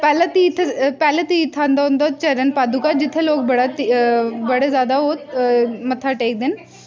पैह्ला तीर्थ पैह्ला तीर्थ आंदा उं'दा चरण पादुका जित्थे लोक बड़े बड़े ज्यादा ओह् मत्था टेकदे न